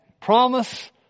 promise